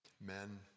men